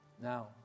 Now